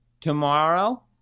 tomorrow